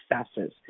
successes